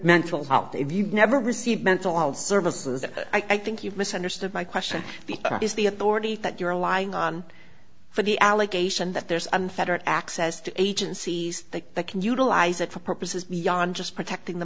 mental health if you've never received mental health services i think you've misunderstood my question is the authority that you're lying on for the allegation that there's unfettered access to agencies that can utilize it for purposes beyond just protecting the